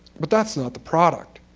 but that's not the product.